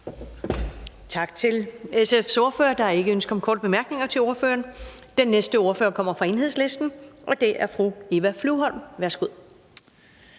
Tak til SF's ordfører. Der er ikke ønske om korte bemærkninger til ordføreren. Den næste ordfører kommer fra Enhedslisten, og det er fru Eva Flyvholm. Værsgo.